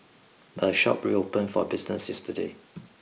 but a shop reopened for business yesterday